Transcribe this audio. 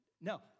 no